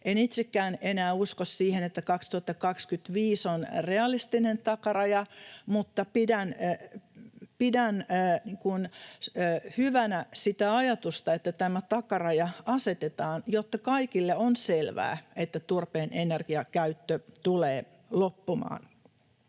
En itsekään enää usko siihen, että 2025 on realistinen takaraja, mutta pidän hyvänä sitä ajatusta, että tämä takaraja asetetaan, jotta kaikille on selvää, että turpeen energiakäyttö tulee loppumaan.